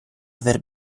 aver